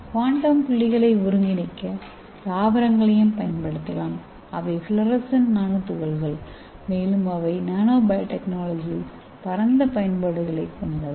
quantum புள்ளிகளை ஒருங்கிணைக்க தாவரங்களையும் பயன்படுத்தலாம் அவை ஃப்ளோரசன் நானோ துகள்கள் மேலும் அவை நானோ பயோடெக்னாலஜியில் பரந்த பயன்பாடுகளைக் கொண்டவை